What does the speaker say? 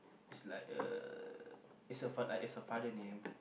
is like a is a fa~ it's like is a father name